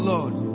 Lord